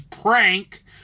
prank